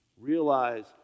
Realize